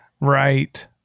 right